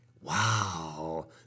wow